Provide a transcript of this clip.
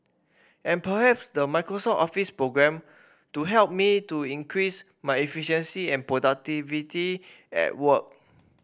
and perhaps the Microsoft Office programme to help me to increase my efficiency and productivity at work